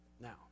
Now